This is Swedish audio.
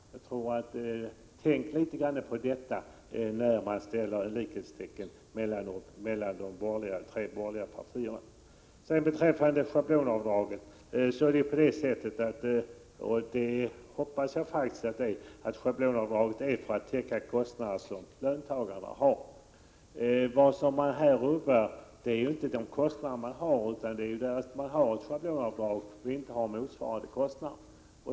Tänkt litet grand på detta när ni sätter likhetstecken mellan de tre borgerliga partierna! Beträffande schablonavdragen hoppas jag faktiskt att dessa är till för att täcka de kostnader som löntagarna har. Det som nu föreslås ändrar inte de kostnader man har utan bara det schablonavdrag som man får göra utan att ha motsvarande kostnader.